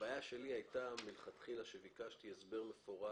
הבעיה שלי הייתה מלכתחילה, וביקשתי הסבר מפורט,